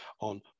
on